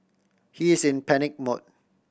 he is in panic mode